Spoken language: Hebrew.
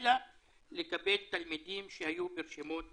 אלא לקבל תלמידים שהיו ברשימות ההמתנה בשל מגבלות המכסה.